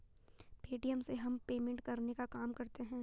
Paytm से हम payment करने का काम करते है